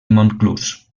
montclús